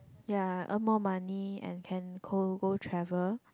ya earn more money and can go go travel